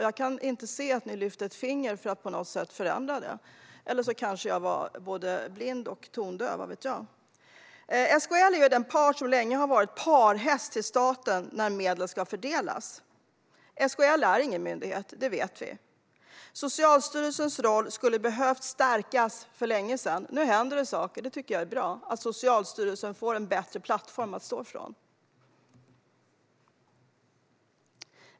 Jag kunde inte se att ni lyfte ett finger för att förändra det, eller så var jag kanske både blind och tondöv. SKL är den part som länge har varit parhäst till staten när medel ska fördelas. Men SKL är ingen myndighet. Socialstyrelsens roll skulle ha behövt stärkas för länge sedan. Nu händer det saker, vilket är bra. Socialstyrelsen får en bättre plattform.